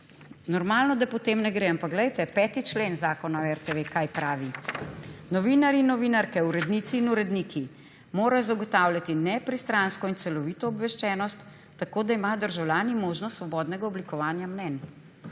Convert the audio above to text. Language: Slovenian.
Normalno, da potem ne gre. Ampak, glejte, kaj pravi 5. člen Zakona o RTV: »Novinarji in novinarke, urednice in uredniki morajo zagotavljati nepristransko in celovito obveščenost, tako da imajo državljani možnost svobodnega oblikovanja mnenj.«